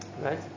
Right